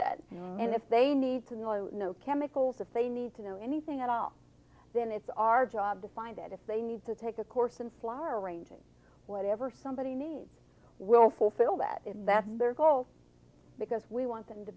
know and if they need to know chemicals if they need to know anything at all then it's our job to find it if they need to take a course and flower arranging whatever somebody needs will fulfill that if that's their goal because we want them to